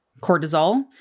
cortisol